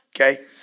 okay